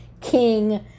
king